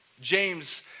James